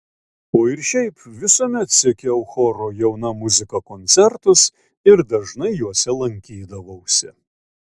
o ir šiaip visuomet sekiau choro jauna muzika koncertus ir dažnai juose lankydavausi